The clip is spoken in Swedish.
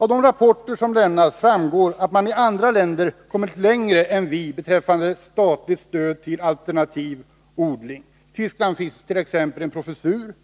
Av de rapporter som har lämnats framgår att man i andra länder kommit längre än vi beträffande statligt stöd till alternativ odling. I Tyskland finns exempelvis en professur,